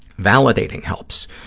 validating helps.